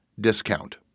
discount